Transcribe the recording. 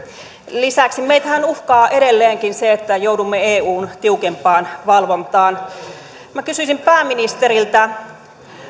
lisäksi meitähän uhkaa edelleenkin se että joudumme eun tiukempaan valvontaan minä kysyisin pääministeriltä